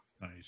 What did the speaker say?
Nice